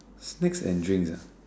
snacks and drinks ah